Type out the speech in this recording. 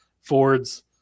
Fords